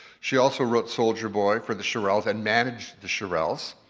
she also wrote soldier boy for the shirelles and managed the shirelles.